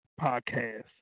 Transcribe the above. podcast